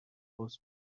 حوض